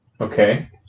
Okay